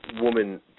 woman